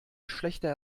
schlechter